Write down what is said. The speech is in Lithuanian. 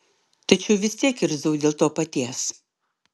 tačiau vis tiek irzau dėl to paties